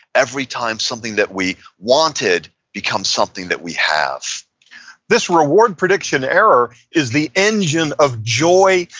every time something that we wanted becomes something that we have this reward prediction error is the engine of joy.